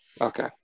Okay